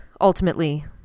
ultimately